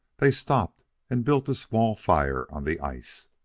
they stopped and built a small fire on the ice.